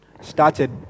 Started